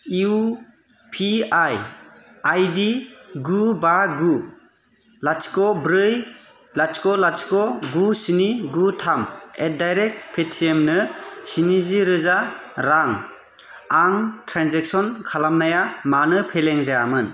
U P I आइदि गु बा गु लाथिख' ब्रै लाथिख' लाथिख' गु स्नि गु थाम एडडारेट पेटियेमनो स्निजिरोजा रां आं ट्रेन्जेक्सन खालामनाया मानो फेलें जायामोन